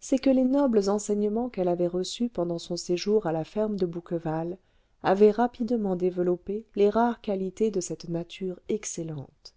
c'est que les nobles enseignements qu'elle avait reçus pendant son séjour à la ferme de bouqueval avaient rapidement développé les rares qualités de cette nature excellente